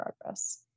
progress